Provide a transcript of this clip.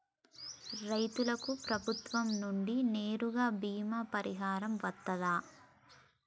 రైతులకు ప్రభుత్వం నుండి నేరుగా బీమా పరిహారం వత్తదా?